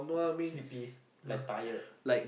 sleepy like tired